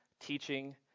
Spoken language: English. teaching